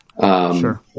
Sure